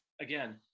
again